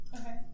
Okay